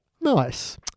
Nice